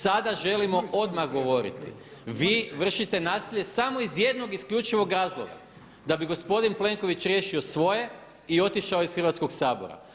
Sada želim odmah govoriti, vi vršite nasilje samo iz jednog isključivog razloga, da bi gospodin Plenković riješio svoje i otišao iz Hrvatskog sabora.